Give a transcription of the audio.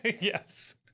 Yes